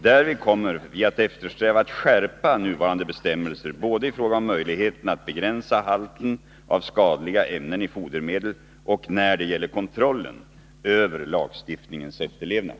Därvid kommer vi att eftersträva en skärpning av nuvarande bestämmelser både i fråga om möjligheterna att begränsa halten av skadliga ämnen i fodermedel och när det gäller kontrollen över lagstiftningens efterlevnad.